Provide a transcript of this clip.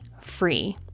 free